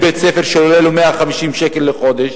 ויש לו ילד בבית-ספר שעולה לו 150 שקל לחודש.